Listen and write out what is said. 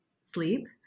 sleep